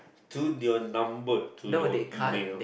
to your number to your email